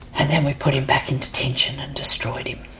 and then we put him back into detention and destroyed him.